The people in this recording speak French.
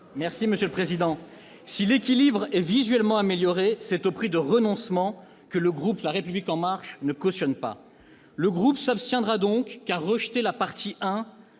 remercie, monsieur le président. Si l'équilibre est visuellement amélioré, c'est au prix de renoncements que le groupe La République En Marche ne cautionne pas. Notre groupe s'abstiendra : rejeter la première